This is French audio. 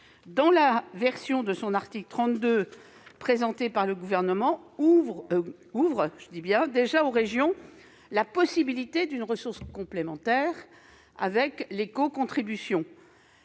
dans la version présentée par le Gouvernement, ouvre déjà aux régions la possibilité d'une ressource complémentaire avec l'écocontribution.